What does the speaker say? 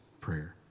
prayer